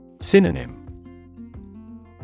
Synonym